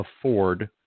afford